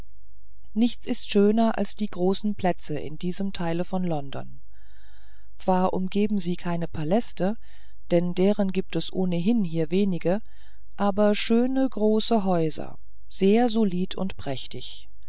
nichts ist schöner als die großen plätze in diesem teile von london zwar umgeben sie keine paläste denn deren gibt's ohnehin hier wenige aber schöne große häuser alles solid und prächtig